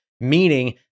meaning